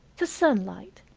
the sunlight,